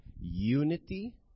unity